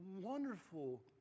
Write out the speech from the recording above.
wonderful